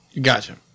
Gotcha